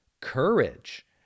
courage